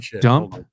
dump